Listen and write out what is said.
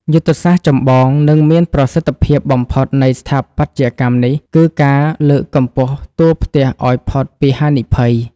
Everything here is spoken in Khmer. យុទ្ធសាស្ត្រចម្បង និងមានប្រសិទ្ធភាពបំផុតនៃស្ថាបត្យកម្មនេះ គឺការលើកកម្ពស់តួផ្ទះឱ្យផុតពីហានិភ័យ។